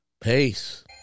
Peace